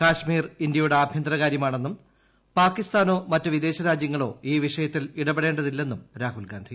കശ്മീർ ഇന്തൃയുടെ ആഭ്യന്തരകാര്യമാണെന്നും പാകിസ്ഥാനോ മറ്റ് വിദേശരാജ്യങ്ങളോ ഈ വിഷയത്തിൽ ഇടപ്പെടേണ്ടതില്ലെന്നും രാഹുൽഗാന്ധി